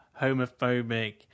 homophobic